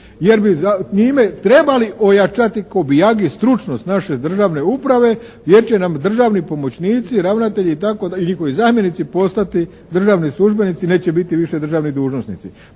jer bi njime trebali ojačati kobijagi stručnost naše državne uprave jer će nam državni pomoćnici, ravnatelji i njihovi zamjenici postati državni službenici, neće biti više državni dužnosnici.